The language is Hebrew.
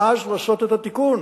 ואז לעשות את התיקון.